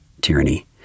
tyranny